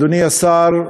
אדוני השר,